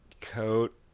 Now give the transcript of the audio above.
coat